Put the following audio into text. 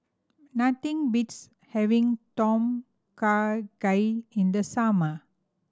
nothing beats having Tom Kha Gai in the summer